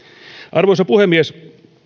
arvoisa puhemies